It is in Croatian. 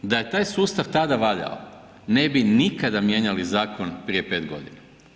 Da je taj sustav tada valjao ne bi nikada mijenjali zakon prije 5 godina.